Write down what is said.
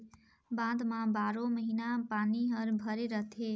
बांध म बारो महिना पानी हर भरे रथे